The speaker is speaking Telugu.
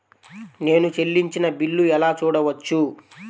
నేను చెల్లించిన బిల్లు ఎలా చూడవచ్చు?